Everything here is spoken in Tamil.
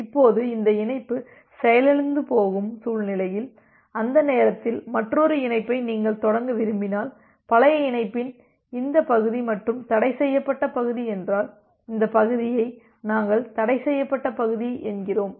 இப்போது இந்த இணைப்பு செயலிழந்துபோகும் சூழ்நிலையில் அந்த நேரத்தில் மற்றொரு இணைப்பை நீங்கள் தொடங்க விரும்பினால் பழைய இணைப்பின் இந்த பகுதி மற்றும் தடைசெய்யப்பட்ட பகுதி என்றால் இந்த பகுதியை நாங்கள் தடைசெய்யப்பட்ட பகுதி என்கிறோம்